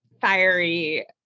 fiery